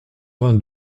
vingt